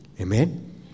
Amen